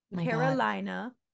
Carolina